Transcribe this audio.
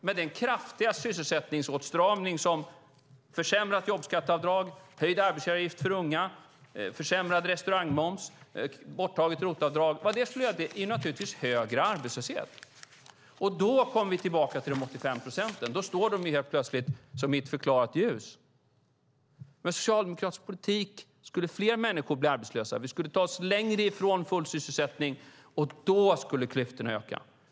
Med den kraftiga sysselsättningsåtstramning som försämrat jobbskatteavdrag, höjda arbetsgivaravgifter för unga, försämrad restaurangmoms och borttaget ROT-avdrag skulle leda till vore resultatet naturligtvis högre arbetslöshet. Därmed kommer vi tillbaka till de 85 procenten. Då står de helt plötsligt i ett förklarat ljus. Med socialdemokratisk politik skulle fler människor bli arbetslösa, vi skulle komma längre från full sysselsättning och då skulle klyftorna öka.